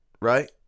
right